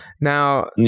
now